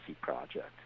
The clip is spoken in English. Project